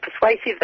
persuasive